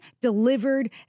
delivered